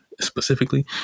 specifically